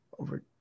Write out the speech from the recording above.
over